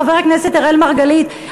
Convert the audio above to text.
חבר הכנסת אראל מרגלית,